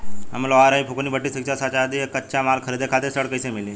हम लोहार हईं फूंकनी भट्ठी सिंकचा सांचा आ कच्चा माल खरीदे खातिर ऋण कइसे मिली?